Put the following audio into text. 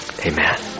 Amen